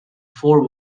four